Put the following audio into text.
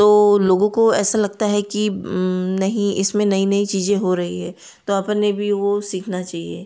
तो लोगों को ऐसा लगता है कि नहीं इसमें नई नई चीज़ें हो रही हैं तो अपन ने भी वह सीखना चाहिए